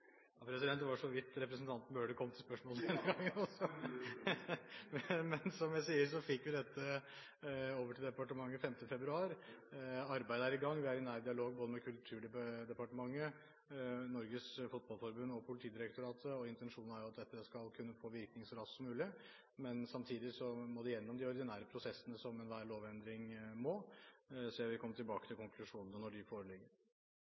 Det var så vidt representanten Bøhler kom til spørsmålet sitt! Ja, jeg har mye jeg vil si! Som jeg har sagt, fikk vi dette over til departementet 5. februar. Arbeidet er i gang. Vi er i nær dialog med både Kulturdepartementet, Norges Fotballforbund og Politidirektoratet. Intensjonen er at dette skal kunne få virkning så raskt som mulig. Samtidig må dette gjennom de ordinære prosessene, slik en lovendring må. Jeg vil komme tilbake til konklusjonene når de foreligger.